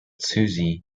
suzy